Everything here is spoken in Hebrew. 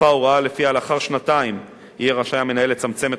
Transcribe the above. הוספה הוראה שלפיה לאחר שנתיים יהיה רשאי המנהל לצמצם את